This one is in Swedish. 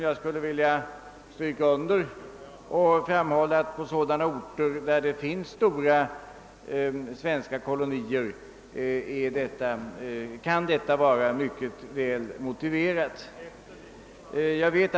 Jag vill understryka detta och framhålla att på sådana orter där det finns stora svenska kolonier kan det vara mycket väl motiverat med undervisning även på högstadiet.